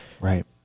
Right